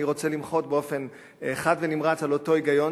אני רוצה למחות באופן חד ונמרץ על אותו היגיון.